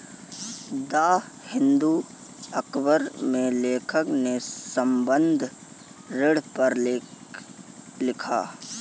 the Hindu अखबार में लेखक ने संबंद्ध ऋण पर लेख लिखा